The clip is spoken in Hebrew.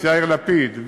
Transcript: יאיר לפיד,